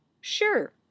sure